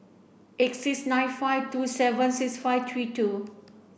eight six nine five two seven six five three two